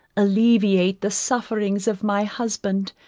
alleviate the sufferings of my husband,